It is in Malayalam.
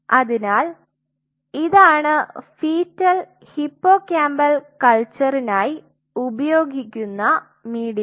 അതിനാൽ ഇതാണ് ഫീറ്റൽ ഹിപ്പോകാമ്പൽ കൽച്ചറിനായി ഉപയോഗിക്കുന്ന മീഡിയം